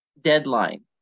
deadline